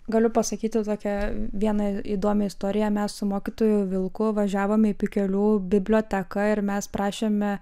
galiu pasakyti tokią vieną įdomią istoriją mes su mokytoju vilku važiavome į pikelių biblioteką ir mes prašėme